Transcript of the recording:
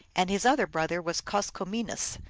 and his other brother was koskomines,